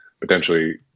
potentially